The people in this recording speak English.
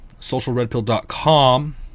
socialredpill.com